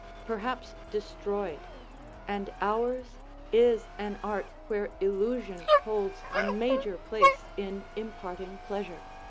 perhaps destroyed and ours is an art where illusion holds a major place in imparting pleasure.